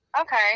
Okay